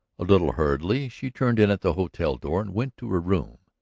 a little hurriedly she turned in at the hotel door and went to her room.